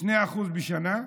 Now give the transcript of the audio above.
2% בשנה,